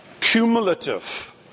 cumulative